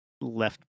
left